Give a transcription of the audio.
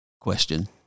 question